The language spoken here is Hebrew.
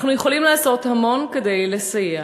אנחנו יכולים לעשות המון כדי לסייע,